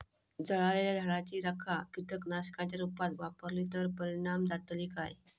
जळालेल्या झाडाची रखा कीटकनाशकांच्या रुपात वापरली तर परिणाम जातली काय?